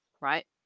right